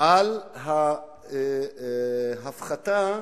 על ההפחתה